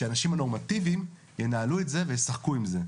שאנשים נורמטיביים ינהלו את זה וישחקו עם זה.